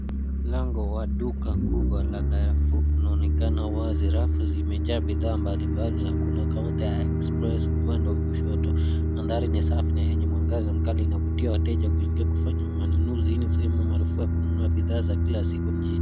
Mlango wa duka kubwa la Carrefour unaonekana wazi. Rafu zimejaa bidhaa mbalimbali na kuna kaunta ya express upande wa kushoto. Mandhari ni safi na yenye mwangaza mkali. Inavutia wateja kuingia kufanya manunuzi. Hii ni sehemu maarufu ya kununua bidhaa za kila siku mjini.